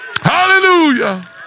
hallelujah